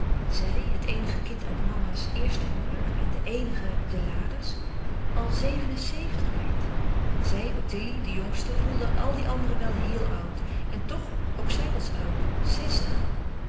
zij het eenige kind uit mama's eerste huwelijk en de eenige de laders al zeven en zeventig werd zij ottilie de jongste voelde al die anderen wel héel oud en toch ook zij was oud zestig